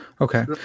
Okay